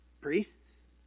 priests